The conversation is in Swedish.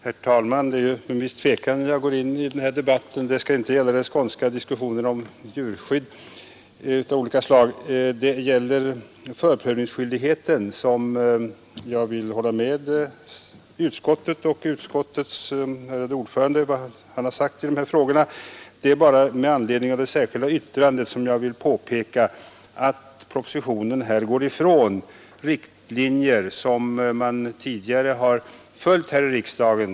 Herr talman! Det är med viss tvekan jag går in i den här debatten. Jag skall inte delta i den skånska diskussionen om djurskydd av olika slag, utan mitt inlägg gäller förprövningsskyldigheten. Jag vill hålla med utskottets ärade ordförande i vad han sagt i dessa frågor; det är bara med anledning av det särskilda yttrandet som jag vill påpeka att propositionen här går ifrån riktlinjer som vi tidigare har följt här i riksdagen.